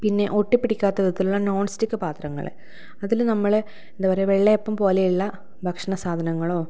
പിന്നെ ഒട്ടിപ്പിടിക്കാത്ത വിധത്തിലുള്ള നോൺസ്റ്റിക്ക് പാത്രങ്ങൾ അതിൽ നമ്മൾ എന്താ പറയുക വെള്ളയപ്പം പോലെയുള്ള ഭക്ഷണ സാധനങ്ങളോ